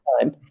time